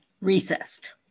recessed